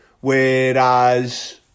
Whereas